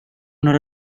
några